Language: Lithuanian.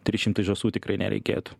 trys šimtai žąsų tikrai nereikėtų